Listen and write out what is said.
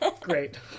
Great